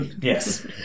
Yes